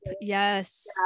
Yes